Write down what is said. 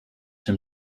him